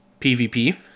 PVP